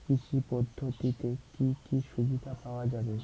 কৃষি পদ্ধতিতে কি কি সুবিধা পাওয়া যাবে?